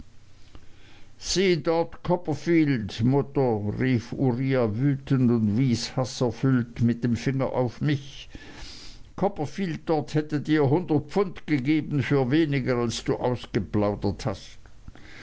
copperfield mutter rief uriah wütend und wies haßerfüllt mit dem finger auf mich copperfield dort hätte dir hundert pfund gegeben für weniger als du ausgeplaudert hast